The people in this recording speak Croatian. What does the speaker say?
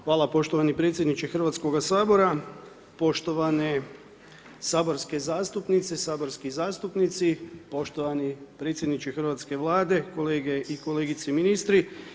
Hvala poštovani predsjedniče Hrvatskoga sabora, poštovane saborske zastupnice i saborski zastupnici, poštovani predsjedniče hrvatske Vlade, kolege i kolegice ministri.